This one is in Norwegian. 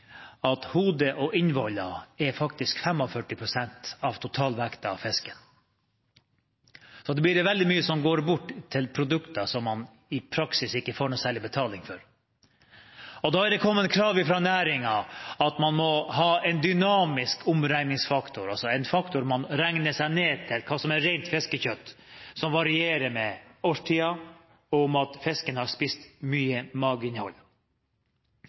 at hode og innvoller faktisk er 45 pst. av totalvekten av fisken. Da blir det veldig mye som går bort til produkter som man i praksis ikke får noe særlig betaling for. Da er det kommet krav fra næringen om at man må ha en dynamisk omregningsfaktor, altså en faktor der man regner seg ned til hva som er rent fiskekjøtt, noe som varierer med årstiden og om fisken har mye